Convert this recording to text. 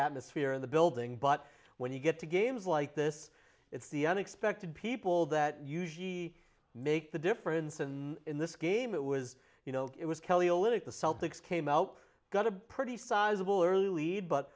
atmosphere in the building but when you get to games like this it's the unexpected people that usually make the difference and in this game it was you know it was kelly olynyk the celtics came out got a pretty sizable early lead but